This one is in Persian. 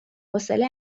حوصله